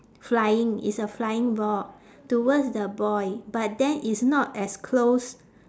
flying it's a flying ball towards the boy but then it's not as close